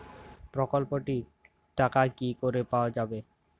প্রকল্পটি র টাকা কি করে পাওয়া যাবে?